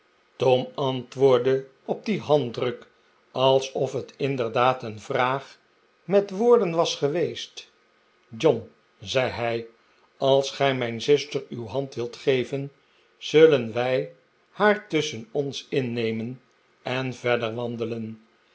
tom antwoordde op dien handdruk alsof het inderdaad een vraag met woorden was geweest john zei hij als gij mijn zuster uw arm wilt geven zullen wij haar tusschen ons innemen en verder wandelen